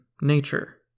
nature